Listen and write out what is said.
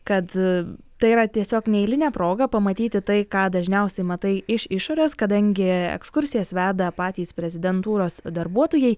kad tai yra tiesiog neeilinė proga pamatyti tai ką dažniausiai matai iš išorės kadangi ekskursijas veda patys prezidentūros darbuotojai